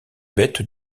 bêtes